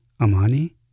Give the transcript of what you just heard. Amani